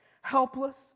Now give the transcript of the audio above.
Helpless